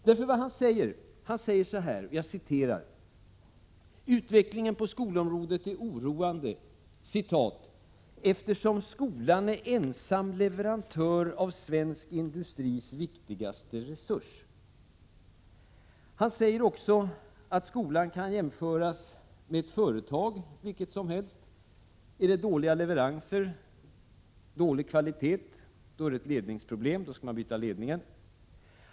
Industriledaren säger att utvecklingen på skolområdet är oroande, ”eftersom skolan är ensam leverantör av svensk industris viktigaste resurs”. Han säger också att skolan kan jämföras med ett företag, vilket som helst. Är det dålig kvalitet på leveranserna är det ett ledningsproblem, och då skall man byta ut ledningen.